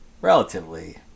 relatively